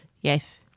Yes